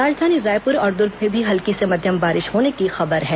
राजधानी रायपुर और दुर्ग में भी हल्की से मध्यम बारिश होने की खबर है